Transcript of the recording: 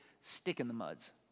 stick-in-the-muds